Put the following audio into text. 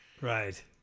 Right